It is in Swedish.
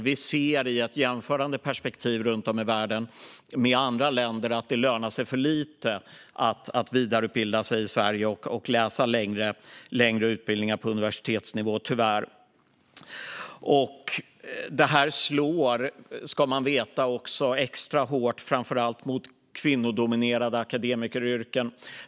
Vi ser i en jämförelse med andra länder runt om i världen att det i Sverige tyvärr lönar sig för lite att vidareutbilda sig och läsa längre utbildningar på universitetsnivå. Man ska också veta att det här slår extra hårt mot kvinnodominerade akademikeryrken.